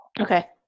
Okay